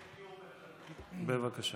בבקשה.